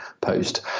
post